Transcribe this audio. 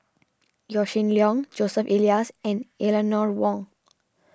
Yaw Shin Leong Joseph Elias and Eleanor Wong